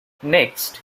next